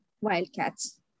wildcats